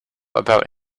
about